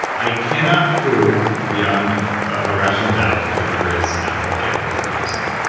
i cannot prove beyond a rational doubt that there is an afterlife or that there isn't.